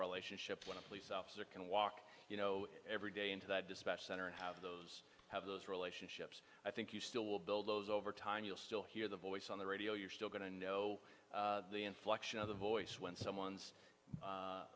relationship when a police officer can walk you know every day into that dispatch center and have those have those relationships i think you still will build those over time you'll still hear the voice on the radio you're still going to know the inflection of the voice when someone's